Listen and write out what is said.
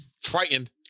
Frightened